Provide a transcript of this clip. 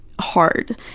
hard